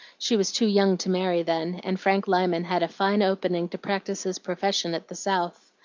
she was too young to marry then, and frank lyman had a fine opening to practise his profession at the south.